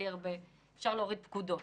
ואפשר להוריד פקודות.